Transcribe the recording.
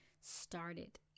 started